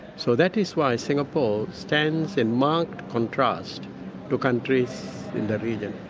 so that is why singapore stands in marked contrast to countries and region.